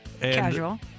Casual